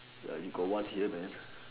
ya you got one here man